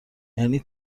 یعنی